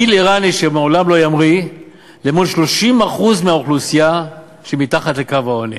טיל איראני שמעולם לא ימריא למול 30% מהאוכלוסייה שמתחת לקו העוני?